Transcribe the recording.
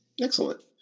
excellent